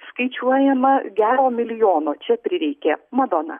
skaičiuojama gero milijono čia prireikė madona